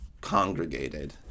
congregated